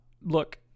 look